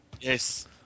Yes